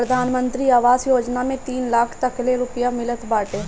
प्रधानमंत्री आवास योजना में तीन लाख तकले रुपिया मिलत बाटे